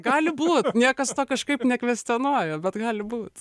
gali būt niekas to kažkaip nekvestionuoja bet gali būt